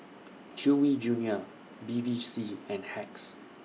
Chewy Junior Bevy C and Hacks